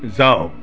যাওক